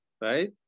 right